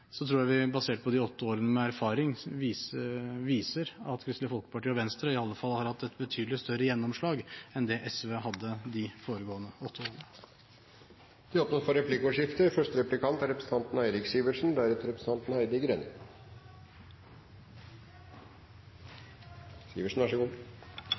basert på de åtte årene med erfaring, viser at Kristelig Folkeparti og Venstre i alle fall har hatt et betydelig større gjennomslag enn det SV hadde de foregående åtte årene. Det blir replikkordskifte. Jeg synes representanten Andersen viser klokskap når man ikke spekulerer så